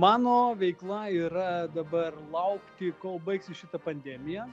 mano veikla yra dabar laukti kol baigsis šita pandemija